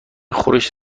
خورشت